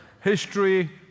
history